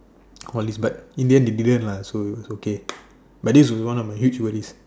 all these but in the end they didn't lah so it's okay but this was one of my huge worries